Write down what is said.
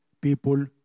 people